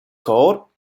chor